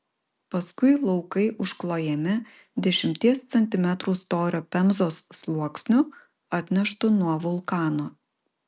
paskui laukai užklojami dešimties centimetrų storio pemzos sluoksniu atneštu nuo vulkano